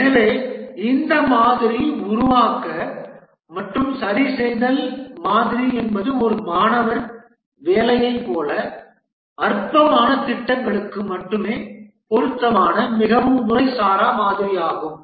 எனவே இந்த மாதிரி உருவாக்க மற்றும் சரிசெய்தல் மாதிரி என்பது ஒரு மாணவர் வேலையைப் போல அற்பமான திட்டங்களுக்கு மட்டுமே பொருத்தமான மிகவும் முறைசாரா மாதிரியாகும்